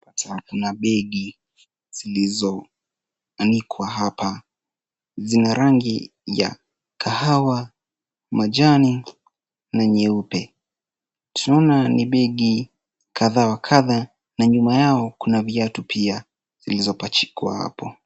Kuna begi zilizoanikwa hapa. Zina rangi ya kahawa, majani na nyeupe. Tunaona ni begi kadha wa kadha na nyuma yao kuna viatu pia zilizopachikwa hapo.